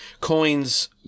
coins